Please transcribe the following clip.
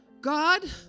God